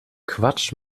quatsch